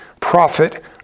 prophet